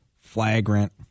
flagrant